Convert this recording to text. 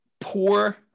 Poor